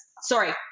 sorry